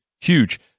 huge